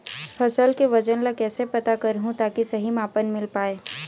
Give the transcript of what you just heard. फसल के वजन ला कैसे पता करहूं ताकि सही मापन मील पाए?